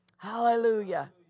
Hallelujah